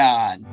God